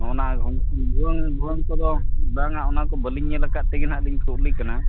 ᱚᱱᱟ ᱵᱷᱩᱣᱟᱹᱝ ᱵᱷᱩᱣᱟᱹᱝ ᱠᱚᱫᱚ ᱵᱟᱝᱟ ᱚᱱᱟ ᱠᱚ ᱵᱟᱹᱞᱤᱧ ᱧᱮᱞ ᱟᱠᱟᱫ ᱛᱮᱜᱮ ᱞᱤᱧ ᱱᱟᱦᱟᱜ ᱠᱩᱠᱞᱤ ᱠᱟᱱᱟ